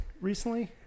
recently